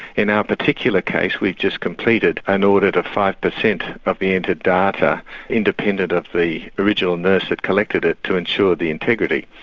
in our particular case we've just completed an audit of five percent of the entered data independent of the original nurse that collected it to ensure the integrity.